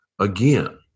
again